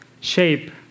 shape